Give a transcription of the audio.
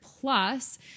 plus